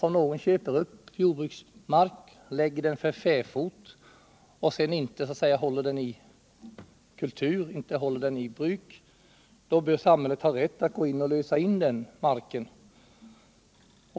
Om någon köper upp jordbruksmark, lägger den för fäfot och inte håller den i bruk, då bör samhället ha rätt att gå in och lösa in den marken.